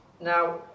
Now